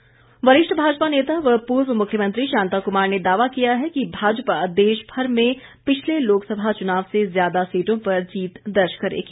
शांता कुमार वरिष्ठ भाजपा नेता व पूर्व मुख्यमंत्री शांता कुमार ने दावा किया है कि भाजपा देश भर में पिछले लोकसभा चुनाव से ज्यादा सीटों पर जीत दर्ज करेगी